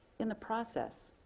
in the process,